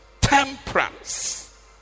temperance